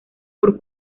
por